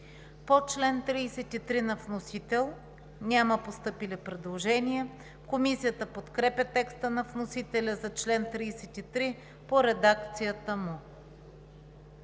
По чл. 36 на вносител няма постъпили предложения. Комисията подкрепя текста на вносителя за чл. 36 в редакция на